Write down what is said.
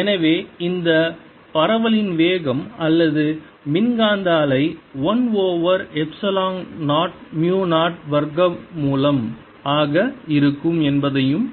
எனவே இந்த பரவலின் வேகம் அல்லது மின்காந்த அலை 1 ஓவர் எப்சிலான் 0 மு 0 வர்க்கமூலம் ஆக இருக்கும் என்பதையும்